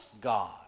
God